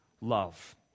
love